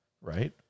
right